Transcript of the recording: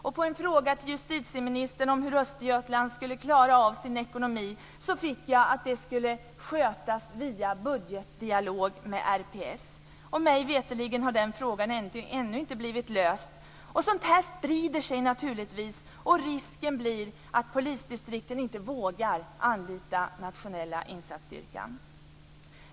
Och på en fråga till justitieministern om hur Östergötland skulle klara av sin ekonomi fick jag svaret att det skulle skötas i en budgetdialog med RPS. Mig veterligen har den frågan ännu inte blivit löst. Sådant här sprider sig naturligtvis, och risken blir att polisdistrikten inte vågar anlita Nationella insatsstyrkan.